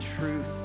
truth